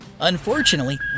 Unfortunately